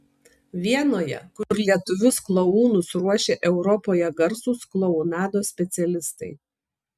vienoje kur lietuvius klounus ruošia europoje garsūs klounados specialistai